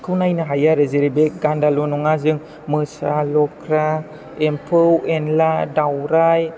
खौ नायनो हायो आरो जों जेरै बे गान्दाल' नङा जों मोसा लख्रा एम्फौ एनला दावराइ